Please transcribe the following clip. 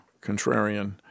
contrarian